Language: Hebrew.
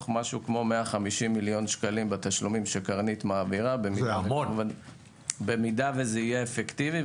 כ-150 מיליון שקלים בתשלומים שקרנית מעבירה אם זה יהיה אפקטיבי.